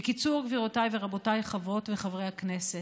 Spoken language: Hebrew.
בקיצור, גבירותיי ורבותיי חברות וחברי הכנסת,